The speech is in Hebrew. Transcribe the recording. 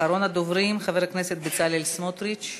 אחרון הדוברים, חבר הכנסת בצלאל סמוטריץ.